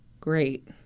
Great